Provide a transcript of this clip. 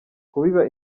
kubiba